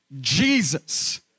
Jesus